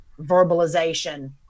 verbalization